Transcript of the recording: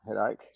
headache